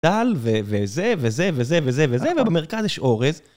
וזה, וזה, וזה, וזה, וזה, וזה, ובמרכז יש אורז.